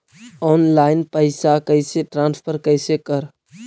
Online पैसा कैसे transfer कैसे कर?